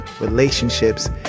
relationships